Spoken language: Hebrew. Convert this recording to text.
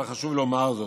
אבל חשוב לי לומר זאת.